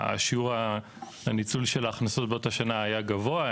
שיעור הניצול של ההכנסות באותה שנה היה גבוה,